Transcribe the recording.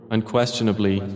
Unquestionably